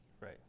Right